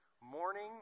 Morning